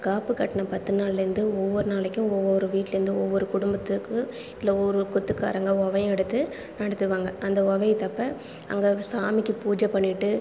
காப்பு கட்டின பத்து நாள்லேருந்து ஒவ்வொரு நாளைக்கும் ஒவ்வொரு வீட்லேருந்து ஒவ்வொரு குடும்பத்துக்கு இல்லை ஒரு குத்துக்காரவங்க உபயம் எடுத்து நடத்துவாங்கள் அந்த உபயத்தப்ப அங்கே சாமிக்கு பூஜை பண்ணிகிட்டு